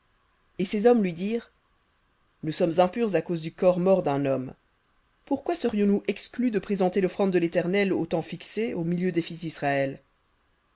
et ces hommes lui dirent nous sommes impurs à cause du corps mort d'un homme pourquoi serions-nous exclus de présenter l'offrande de l'éternel au temps fixé au milieu des fils d'israël